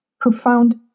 Profound